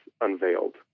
unveiled